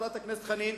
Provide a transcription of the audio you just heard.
חברת הכנסת חנין,